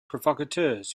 provocateurs